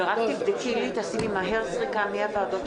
לכל דובר והצבעה על כל הסעיפים וההסתייגויות וכו',